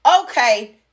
okay